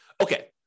Okay